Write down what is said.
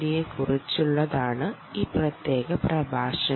D യെക്കുറിച്ചുള്ളതാണ് ഈ പ്രത്യേക പ്രഭാഷണം